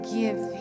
give